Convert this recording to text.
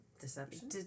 deception